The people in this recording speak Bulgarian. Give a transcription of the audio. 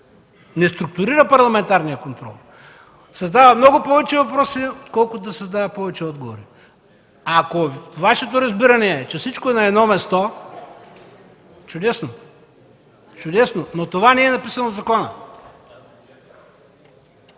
не структурира парламентарния контрол. Създава много повече въпроси, отколкото да дава повече отговори. Ако Вашето разбиране е, че всичко е на едно място – чудесно! Но това не е написано в закона.